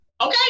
okay